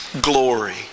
glory